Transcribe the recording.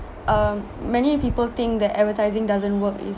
um many people think that advertising doesn't work